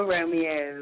Romeo